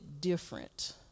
different